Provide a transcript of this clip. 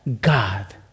God